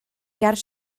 ger